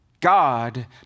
God